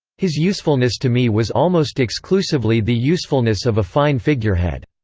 his usefulness to me was almost exclusively the usefulness of a fine figurehead.